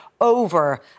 over